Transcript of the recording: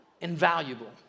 invaluable